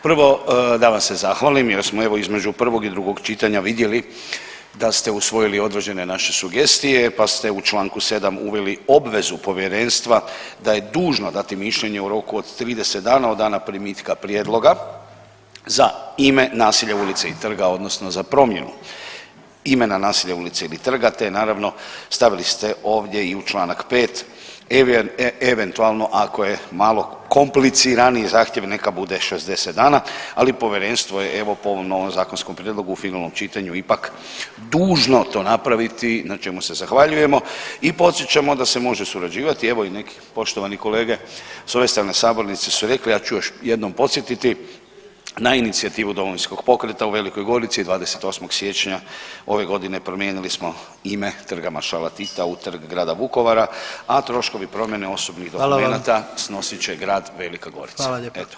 Prvo da vam se zahvalim jer smo evo između prvog i drugog čitanja vidjeli da ste usvojili određene naše sugestije, pa ste u čl. 7 uveli obvezu povjerenstva da je dužno dati mišljenje u roku od 30 dana od dana primitka prijedloga, za ime naselja, ulica i trga, odnosno za promjenu imena naselja, ulica ili trga, te naravno stavili ste ovdje i u čl. 5, eventualno ako je malo kompliciraniji zahtjev neka bude 60 dana, ali povjerenstvo je evo po ovom novom zakonskom prijedlogu u finalnom čitanju ipak dužno to napraviti na čemu se zahvaljujemo i podsjećamo da se može surađivati, evo i nekih poštovanih kolege s ove strane sabornice su rekli ja ću još jednom podsjetiti, na inicijativu Domovinskog pokreta u Velikoj Gorici, 28. siječnja ove godine, promijenili smo ime trga Maršala Tita u trg Grada Vukovara, a troškovi promjene osobnih dokumenata snosit će grad Velika Gorica.